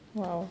!wow!